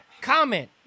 Comment